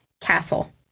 Castle